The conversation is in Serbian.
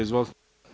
Izvolite.